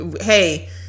Hey